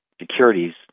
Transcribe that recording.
securities